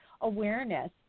awareness